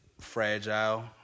fragile